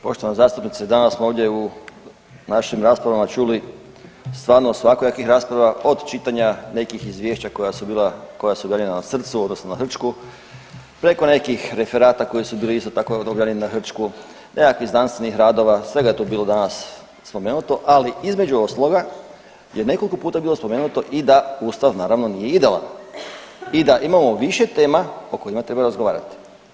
Poštovana zastupnice danas smo ovdje u našim raspravama čuli stvarno svakojakih rasprava od čitanja nekih izvješća koja su bila, koja su … [[Govornik se ne razumije]] na srcu odnosno na hrčku, preko nekih referata koji su bili isto tako … [[Govornik se ne razumije]] na hrčku, nekakvih znanstvenih radova, svega je tu bilo danas spomenuto, ali između ostaloga je nekoliko puta bilo spomenuto i da ustav naravno nije idealan i da imamo više tema o kojima treba razgovarati.